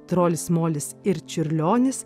trolis molis ir čiurlionis